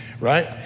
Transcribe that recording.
Right